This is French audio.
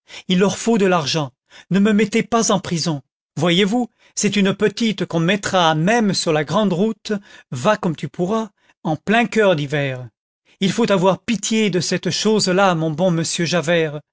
il leur faut de l'argent ne me mettez pas en prison voyez-vous c'est une petite qu'on mettrait à même sur la grande route va comme tu pourras en plein coeur d'hiver il faut avoir pitié de cette chose-là mon bon monsieur javert